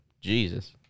jesus